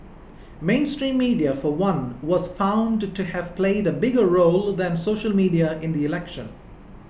mainstream media for one was found to have played a bigger role than social media in the election